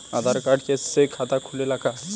आधार card से खाता खुले ला का?